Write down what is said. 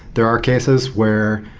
there are cases where,